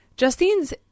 Justine's